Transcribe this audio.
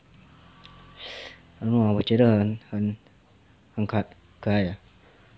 I don't know 我觉得很很很可爱可爱 ah